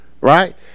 right